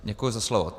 Děkuji za slovo.